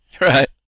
Right